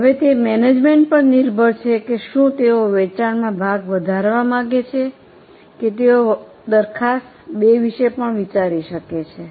હવે તે મેનેજમેન્ટ પર નિર્ભર છે કે શું તેઓ વેચાણમાં ભાગ વધારવા માંગે છે કે તેઓ દરખાસ્ત 2 વિશે પણ વિચારી શકે છે